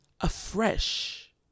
afresh